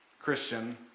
Christian